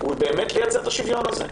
הוא באמת לייצר את השוויון הזה.